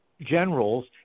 generals